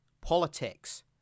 Politics